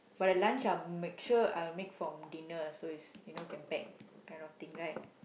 but the lunch I'll make sure I'll make from dinner so is you know can pack kind of thing right